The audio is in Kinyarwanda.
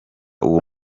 uwo